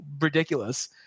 ridiculous